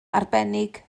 arbennig